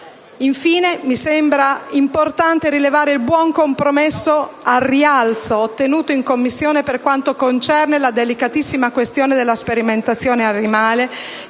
Infine, mi sembra importante rilevare il buon compromesso al rialzo ottenuto in Commissione per quanto concerne la delicatissima questione della sperimentazione animale,